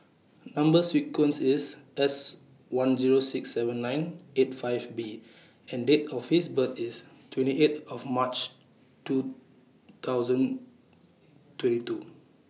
Number sequence IS S one Zero six seven nine eight five B and Date of birth IS twenty eight of March two thousand twenty two